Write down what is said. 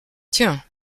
tiens